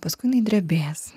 paskui jinai drebės